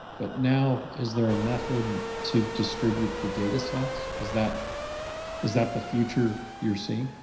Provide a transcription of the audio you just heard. but now is there a method to distribute the data sets? is that is that the future you're seeing?